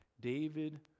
David